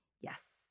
Yes